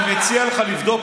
אני מציע לך לבדוק,